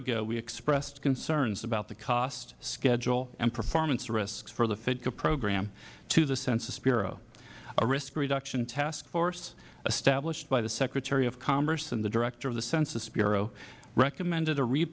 ago we expressed concerns about the cost schedule and performance risks for the fdca program to the census bureau a risk reduction task force established by the secretary of commerce and the director of the census bureau recommended a re